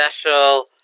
special